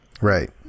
Right